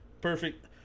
perfect